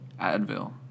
Advil